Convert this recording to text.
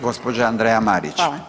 Gospođa Andreja Marić.